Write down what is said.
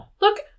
look